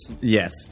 Yes